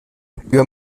über